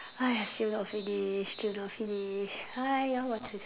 !hais! still not finish still not finish !haiya! what to do